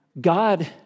God